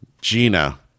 Gina